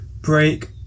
Break